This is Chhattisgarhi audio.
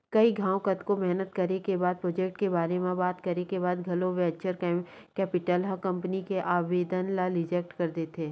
कई घांव कतको मेहनत करे के बाद प्रोजेक्ट के बारे म बात करे के बाद घलो वेंचर कैपिटल ह कंपनी के आबेदन ल रिजेक्ट कर देथे